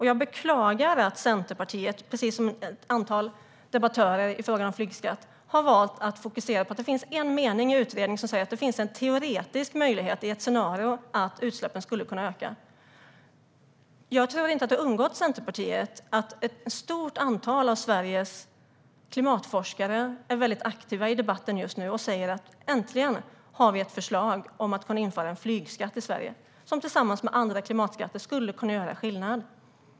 Jag beklagar att Centerpartiet, precis som ett antal debattörer i frågan om flygskatt, har valt att fokusera på en mening i utredningen som säger att det finns en teoretisk möjlighet i ett scenario att utsläppen skulle kunna öka. Jag tror inte att det har undgått Centerpartiet att ett stort antal av Sveriges klimatforskare just nu är väldigt aktiva i debatten och säger: Äntligen har vi ett förslag om att införa en flygskatt i Sverige, som tillsammans med andra klimatskatter skulle kunna göra skillnad.